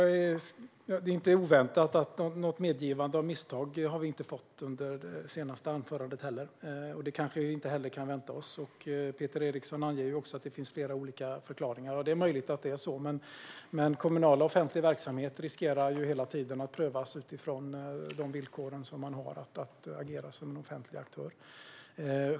Fru talman! Föga oväntat fick vi inte höra något medgivande av misstag under det senaste anförandet heller, och det kanske vi inte heller kan vänta oss. Peter Eriksson anger att det finns flera olika förklaringar, och det är möjligt att det är så, men kommunal och offentlig verksamhet riskerar hela tiden att prövas utifrån de villkor enligt vilka man som offentlig aktör har att agera.